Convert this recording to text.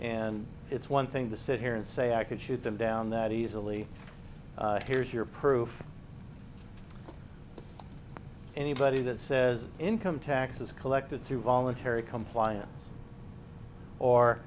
and it's one thing to sit here and say i could shoot them down that easily here's your proof anybody that says income taxes collected through voluntary compliance or